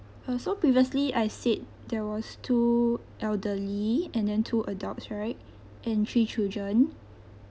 uh so previously I said there was two elderly and then two adults right and three children